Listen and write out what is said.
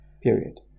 Period